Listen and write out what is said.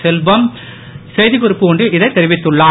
செல்வம் செய்திகுறிப்பு ஒன்றில் இதை தெரிவித்துள்ளார்